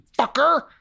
fucker